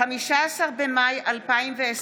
15 במאי 2020,